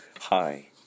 Hi